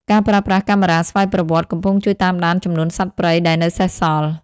ការប្រើប្រាស់កាមេរ៉ាស្វ័យប្រវត្តិកំពុងជួយតាមដានចំនួនសត្វព្រៃដែលនៅសេសសល់។